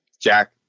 Jack